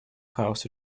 хаос